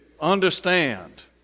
understand